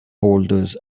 boulders